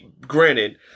Granted